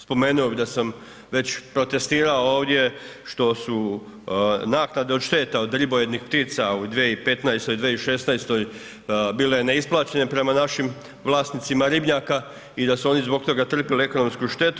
Spomenuo bih da sam već protestirao ovdje što su naknadno od šteta od ribojednih ptica u 2015./2016. bile neisplaćene prema našim vlasnicima ribnjaka i da su oni zbog toga trpjeli ekonomsku štetu.